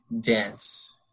dense